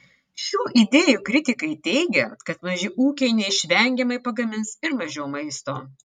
šių idėjų kritikai teigia kad maži ūkiai neišvengiamai pagamins ir mažiau maisto